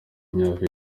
imyaka